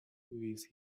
with